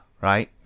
right